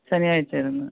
ശനിയാഴ്ച്ചേടന്ന്